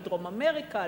על דרום-אמריקה,